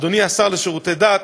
אדוני השר לשירותי דת,